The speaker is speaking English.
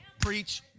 Preach